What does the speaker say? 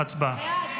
הצבעה.